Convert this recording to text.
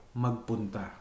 magpunta